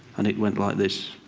and it went like this.